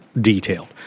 detailed